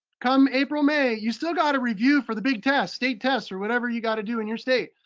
come april may, you still gotta review for the big test, state test, or whatever you gotta do in your state.